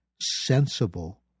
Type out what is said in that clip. sensible